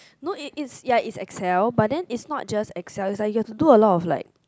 no is is ya is Excel but then is not just Excel is like you have to do a lot of like